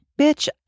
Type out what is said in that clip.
bitch